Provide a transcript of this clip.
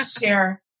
share